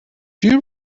you